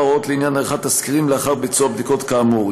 הוראות לעניין עריכת תסקירים לאחר ביצוע בדיקות כאמור.